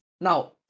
now